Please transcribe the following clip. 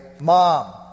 mom